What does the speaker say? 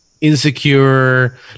insecure